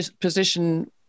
position